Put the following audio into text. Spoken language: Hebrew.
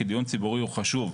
כי דיון ציבורי הוא חשוב.